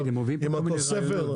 עם התוספת.